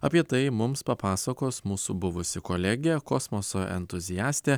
apie tai mums papasakos mūsų buvusi kolegė kosmoso entuziastė